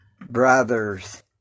brother's